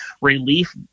relief